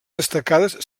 destacades